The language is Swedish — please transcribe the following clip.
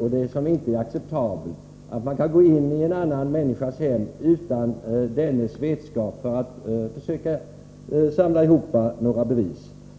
och det som inte är acceptabelt, är att man kan gå in i en annan människas hem utan dennes vetskap för att försöka samla ihop bevis.